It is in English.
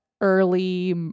early